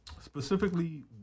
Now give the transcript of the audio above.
specifically